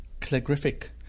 calligraphic